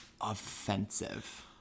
offensive